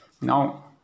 now